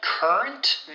Current